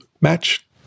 match